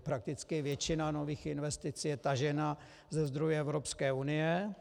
Prakticky většina nových investic je tažena ze zdrojů Evropské unie.